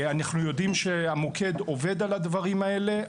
אנחנו יודעים שהמוקד עובד על הדברים האלה,